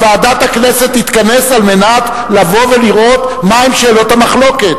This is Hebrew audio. ועדת הכנסת תתכנס על מנת לבוא ולראות מהן שאלות המחלוקת.